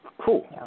Cool